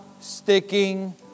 sticking